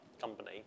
company